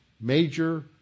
major